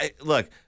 Look